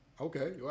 Okay